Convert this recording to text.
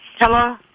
Hello